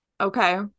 Okay